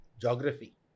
geography